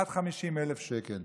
עד 50,000 שקלים.